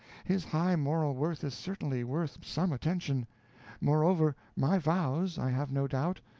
his high moral worth is certainly worth some attention moreover, my vows, i have no doubt,